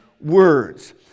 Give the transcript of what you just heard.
words